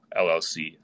LLC